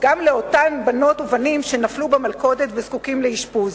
גם לאותם בנות ובנים שנפלו במלכודת וזקוקים לאשפוז.